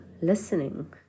listening